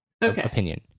opinion